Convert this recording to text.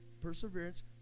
perseverance